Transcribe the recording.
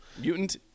Mutant